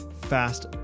fast